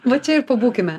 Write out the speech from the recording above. va čia ir pabūkime